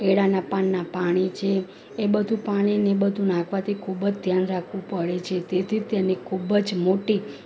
કેળાંના પાનના પાણી છે એ બધું પાણીને એ બધું નાખવાથી ખૂબ જ ધ્યાન રાખવું પડે છે તેથી તેને ખૂબ જ મોટી